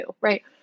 right